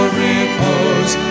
repose